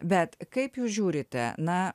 bet kaip jūs žiūrite na